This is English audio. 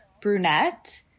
brunette